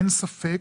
אין ספק